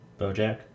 Bojack